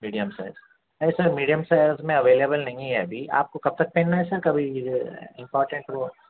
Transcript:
medium size نہیں sir medium size میں available نہیں ہے ابھی آپ کو کب تک پہننا ہے سر کبھی اپمورٹینٹ